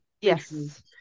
yes